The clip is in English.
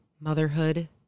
motherhood